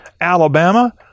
Alabama